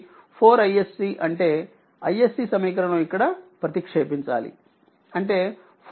కాబట్టి 4 iSC అంటే iSC సమీకరణం ఇక్కడ ప్రతిక్షేపించాలి చేయాలి